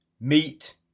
meat